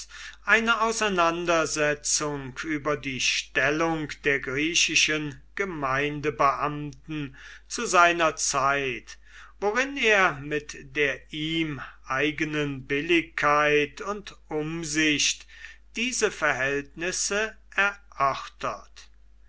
eine auseinandersetzung über die stellung der griechischen gemeindebeamten zu seiner zeit worin er mit der ihm eigenen billigkeit und umsicht diese verhältnisse erörtert